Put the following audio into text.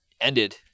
ended